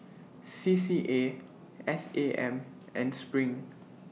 C C A S A M and SPRING